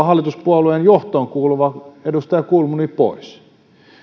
hallituspuolueen johtoon kuuluva edustaja kulmuni pois